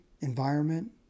environment